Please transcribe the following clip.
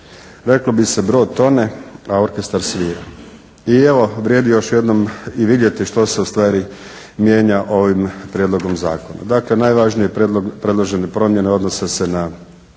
Reklo bi se brod tone a orkestar svira. I evo vrijedi još jednom i vidjeti što se ustvari mijenja ovim Prijedlogom zakona. Dakle, najvažnije predložene promjene odnose se na